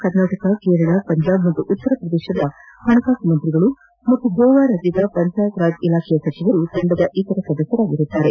ಕರ್ನಾಟಕ ಕೇರಳ ಪಂಜಾಬ್ ಮತ್ತು ಉತ್ತರಪ್ರದೇಶದ ಹಣಕಾಸು ಸಚಿವರು ಮತ್ತು ಗೋವಾದ ಪಂಚಾಯತ್ ರಾಜ್ ಇಲಾಖೆಯ ಸಚಿವರು ತಂಡದ ಇತರ ಸದಸ್ನರಾಗಿದ್ದಾರೆ